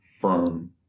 firm